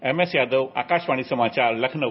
MS Yadav Akashvani समाचार लखनऊ